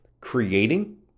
creating